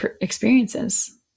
experiences